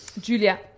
Julia